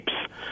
shapes